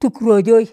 tụk rọjẹi.